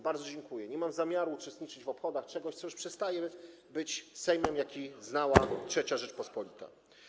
Bardzo dziękuję, nie mam zamiaru uczestniczyć w obchodach rocznicy czegoś, co już przestaje być Sejmem, jaki znała III Rzeczpospolita.